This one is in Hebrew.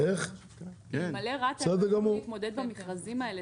אלמלא רק --- צריך להתמודד במכרזים האלה,